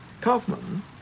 Kaufman